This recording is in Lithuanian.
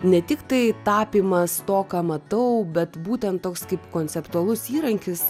ne tik tai tapymas to ką matau bet būtent toks kaip konceptualus įrankis